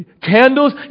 Candles